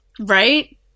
right